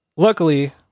Luckily